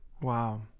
Wow